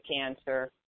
cancer